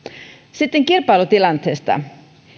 sitten kilpailutilanteesta